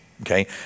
Okay